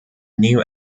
new